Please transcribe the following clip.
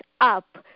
up